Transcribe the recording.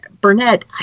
Burnett